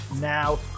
now